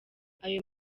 ayo